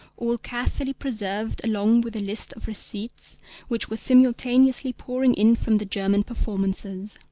all carefully preserved along with the list of receipts which were simultaneously pouring in from the german performances.